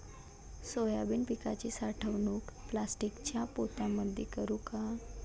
Soybean पिकाची साठवणूक प्लास्टिकच्या पोत्यामंदी करू का?